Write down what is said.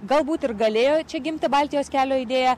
galbūt ir galėjo čia gimti baltijos kelio idėja